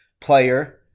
player